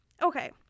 Okay